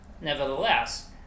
Nevertheless